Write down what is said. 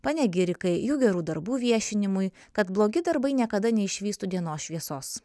panegirikai jų gerų darbų viešinimui kad blogi darbai niekada neišvystų dienos šviesos